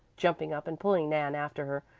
jumping up and pulling nan after her.